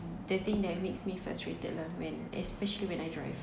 the thing that makes me frustrated lah when especially when I drive